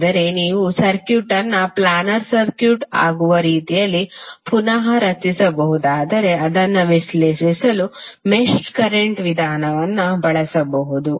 ಆದರೆ ನೀವು ಸರ್ಕ್ಯೂಟ್ ಅನ್ನು ಪ್ಲ್ಯಾನರ್ ಸರ್ಕ್ಯೂಟ್ ಆಗುವ ರೀತಿಯಲ್ಲಿ ಪುನಃ ರಚಿಸಬಹುದಾದರೆ ಅದನ್ನು ವಿಶ್ಲೇಷಿಸಲು ಮೆಶ್ ಕರೆಂಟ್ ವಿಧಾನವನ್ನು ಬಳಸಬಹುದು